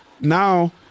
Now